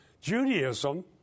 Judaism